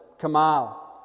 Kamal